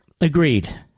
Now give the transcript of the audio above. agreed